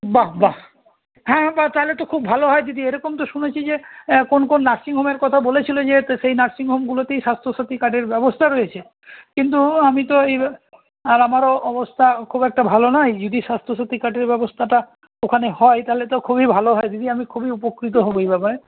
বাহ বাহ হ্যাঁ বাহ তাহলে তো খুব ভালো হয় দিদি এরকম তো শুনেছি যে কোন কোন নার্সিংহোমের কথা বলেছিলো যে তো সেই নার্সিংহোমগুলোতেই স্বাস্থ্য সাথী কার্ডের ব্যবস্থা রয়েছে কিন্তু আমি তো এই আর আমারও অবস্থা খুব একটা ভালো নয় যদি স্বাস্থ্য সাথী কার্ডের ব্যবস্থাটা ওখানে হয় তাহলে তো খুবই ভালো হয় দিদি আমি খুবই উপকৃত হবো এই ব্যপারে